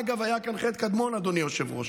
אגב, היה כאן חטא קדמון, אדוני היושב-ראש.